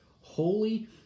holy